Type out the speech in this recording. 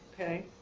Okay